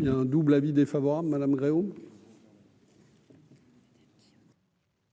Il y a un double avis défavorable madame Groux.